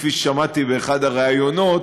כפי ששמעתי באחד הראיונות,